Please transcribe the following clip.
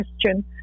question